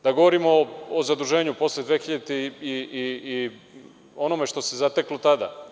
Da govorim o zaduženju posle 2000. godine i onome što se zateklo tada.